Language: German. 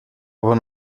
aber